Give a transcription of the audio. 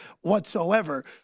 whatsoever